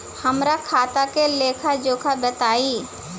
हमरा खाता के लेखा जोखा बताई?